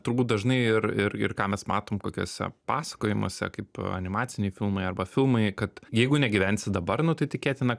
turbūt dažnai ir ir ir ką mes matom kokiuose pasakojimuose kaip animaciniai filmai arba filmai kad jeigu negyvensi dabar nu tai tikėtina